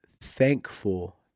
thankful